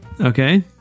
Okay